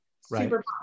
super